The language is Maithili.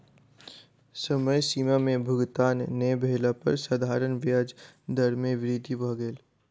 समय सीमा में भुगतान नै भेला पर साधारण ब्याज दर में वृद्धि भ गेल